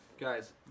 guys